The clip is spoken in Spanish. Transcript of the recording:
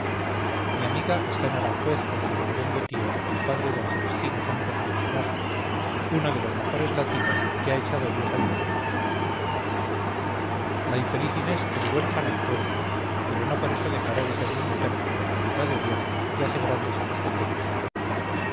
mi amiga está en aranjuez con su reverendo tío el padre d celestino santos del malvar uno de los mejores latinos que ha echado dios al mundo la infeliz inés es huérfana y pobre pero no por eso dejará de ser mi mujer con la ayuda de dios que hace grandes a los pequeños